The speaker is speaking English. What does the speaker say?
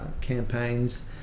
campaigns